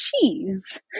cheese